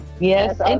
Yes